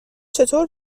چطور